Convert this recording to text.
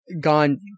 gone